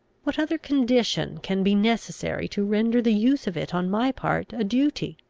what other condition can be necessary to render the use of it on my part a duty?